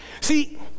See